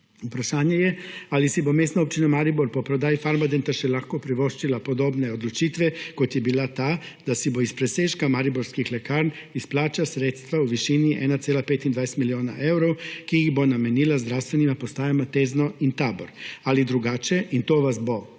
Vprašanje je, ali si bo Mestna občina Maribor po prodaji Farmadenta še lahko privoščila podobne odločitve, kot je bila ta, da si bo iz presežka mariborskih lekarn izplačala sredstva v višini 1,25 milijona evrov, ki jih bo namenila zdravstvenima postajama Tezno in Tabor. Ali drugače, in to vas bo